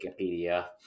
Wikipedia